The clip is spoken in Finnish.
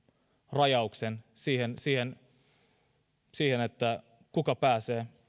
rajauksen siihen siihen kuka pääsee